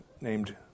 named